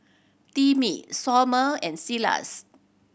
Timmy Somer and Silas